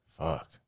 Fuck